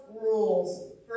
rules